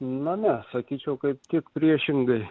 na sakyčiau kaip tik priešingai